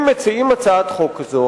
אם מציעים הצעת חוק כזו,